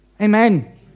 Amen